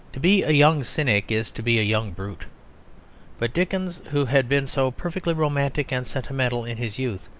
to be a young cynic is to be a young brute but dickens, who had been so perfectly romantic and sentimental in his youth,